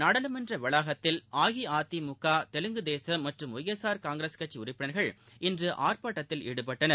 நாடாளுமன்ற வளாகத்தில் அஇஅதிமுக தெலுங்குதேசம் மற்றும் ஒய்எஸ்ஆர் காங்கிரஸ் கட்சி உறுப்பினர்கள் இன்று ஆர்ப்பாட்டத்தில் ஈடுபட்டனர்